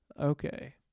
Okay